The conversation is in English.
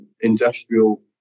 industrial